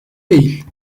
değil